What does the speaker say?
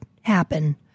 happen